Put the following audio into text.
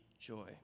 joy